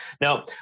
Now